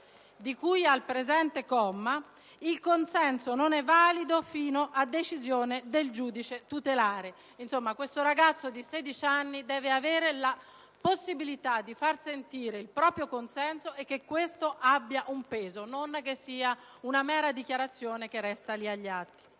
di cui al presente comma, il consenso non è valido fino a decisione del giudice tutelare. Questo ragazzo di 16 anni deve avere la possibilità di far sentire il proprio consenso, che deve avere un peso e che non deve essere considerato una mera dichiarazione che resta agli atti.